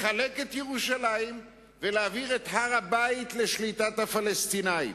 לחלק את ירושלים ולהעביר את הר-הבית לשליטת הפלסטינים,